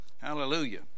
Hallelujah